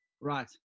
Right